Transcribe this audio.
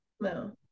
No